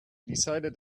decided